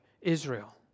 Israel